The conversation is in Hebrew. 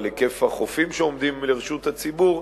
על היקף החופים שעומדים לרשות הציבור,